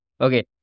Okay